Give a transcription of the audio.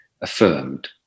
affirmed